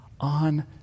on